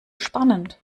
spannend